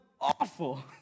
awful